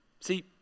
See